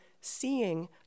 seeing